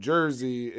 Jersey